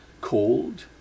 cold